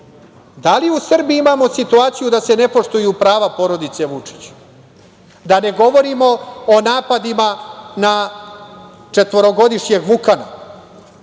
li u Srbiji imamo situaciju da se ne poštuju prava porodice Vučić? Da ne govorimo o napadima na četvorogodišnjeg Vukana,